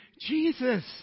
Jesus